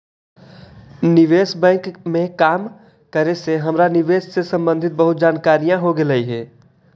निवेश बैंक में काम करे से हमरा निवेश से संबंधित बहुत जानकारियाँ हो गईलई हे